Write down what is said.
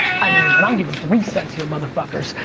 i mean, and i'm givin' three cents here, motherfuckers.